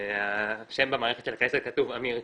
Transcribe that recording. השם במערכת של הכנסת כתוב אמיר.